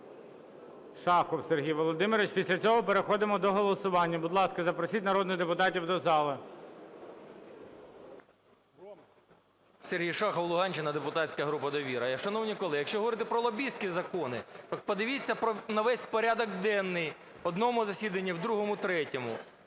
Шахов Сергій Володимирович, після цього переходимо до голосування. Будь ласка, запросіть народних депутатів до зали. 13:55:30 ШАХОВ С.В. Сергій Шахов, Луганщина, депутатська група "Довіра". Шановні колеги, якщо говорити про лобістські закони, так подивіться на весь порядок денний в одному засіданні, в другому, третьому.